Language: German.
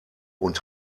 und